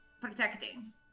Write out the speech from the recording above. protecting